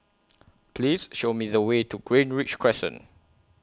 Please Show Me The Way to Greenridge Crescent